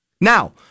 Now